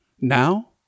Now